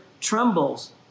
trembles